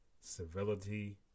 civility